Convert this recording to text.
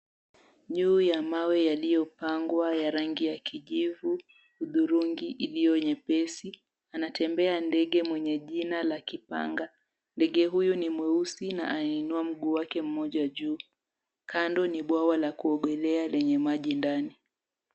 Juu ya mawe yaliyopangwa ya rangi ya kijivu, hudhurungi iliyo nyepesi anatembea ndege mwenye jina la kipanga. Ndege huyu ni mweusi na anainua mguu wake mmoja juu, kando ni bwawa la kuogelea lenye maji ndani.